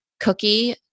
Cookie